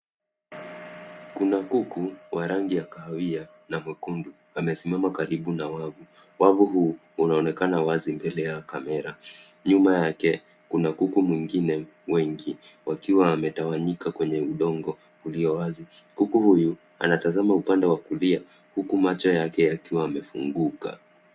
Kuna kuku wa rangi ya kahawia na nyekundu amesimama karibu na wavu. Wavu huu unaonekana wazi mbele ya kamera. Nyuma yake kuna kuku mwingine wengi wakiwa wametawanyika kwenye udongo ulio wazi. Kuku huyu anatazama upande wa kulia huku macho yake yakiwa yamefunguka.